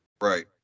right